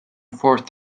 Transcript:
forth